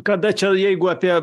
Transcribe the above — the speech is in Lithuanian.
kada čia jeigu apie